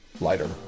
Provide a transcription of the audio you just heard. lighter